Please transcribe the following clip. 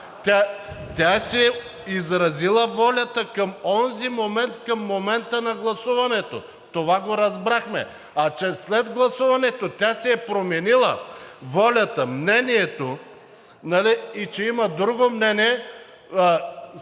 Тя си е изразила волята към онзи момент – към момента на гласуването. Това го разбрахме. А че след гласуването тя си е променила волята, мнението и че има друго мнение, уважаеми